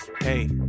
Hey